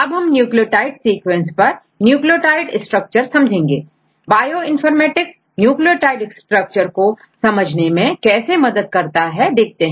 अब हम nucleotide sequence पर न्यूक्लियोटाइड स्ट्रक्चर समझेंगे बायोइनफॉर्मेटिक्स न्यूक्लियोटाइड स्ट्रक्चर को समझने में कैसे मदद करता है देखते हैं